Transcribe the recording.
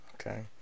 Okay